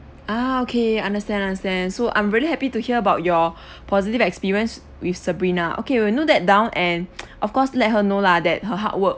ah okay understand understand so I'm really happy to hear about your positive experience with sabrina okay we'll note down and of course let her know lah that her hard work